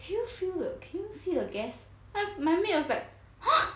can you see can you see the gas then my maid was like !huh!